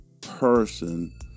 person